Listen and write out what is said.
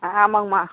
ஆமாங்கம்மா